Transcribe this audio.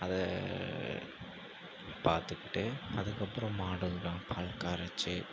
அதை பார்த்துக்கிட்டு அதுக்கப்பறம் மாடுங்களாம் பால் கறச்சு